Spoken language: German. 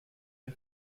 der